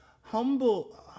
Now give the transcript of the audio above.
Humble